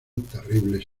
terribles